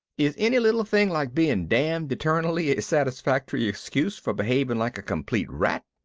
is any little thing like being damned eternally a satisfactory excuse for behaving like a complete rat?